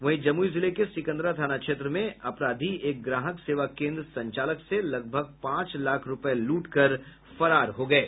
वहीं जमुई जिले के सिकंदरा थाना क्षेत्र में अपराधी एक ग्राहक सेवा केन्द्र संचालक से लगभग पांच लाख रूपये लूट कर फरार हो गये